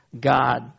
God